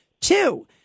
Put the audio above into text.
Two